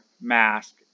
mask